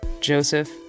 Joseph